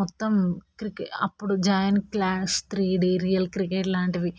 మొత్తం క్రికెట్ అప్పుడు joint class three D real cricket లాంటివి